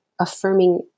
affirming